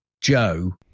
Joe